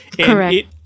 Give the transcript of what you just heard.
Correct